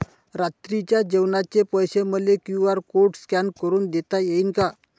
रात्रीच्या जेवणाचे पैसे मले क्यू.आर कोड स्कॅन करून देता येईन का?